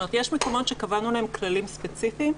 יש מקומות שקבענו להם כללים ספציפיים,